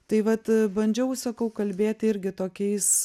tai vat bandžiau sakau kalbėt irgi tokiais